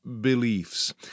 beliefs